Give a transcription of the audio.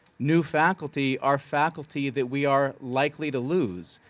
new faculty are faculty that we are likely to lose.